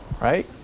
right